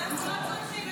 לא צריך.